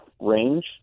range